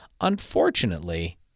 Unfortunately